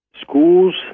schools